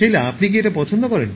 Sheila আপনি কি এটা পছন্দ করেন